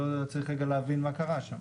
צריך להבין מה קרה שם.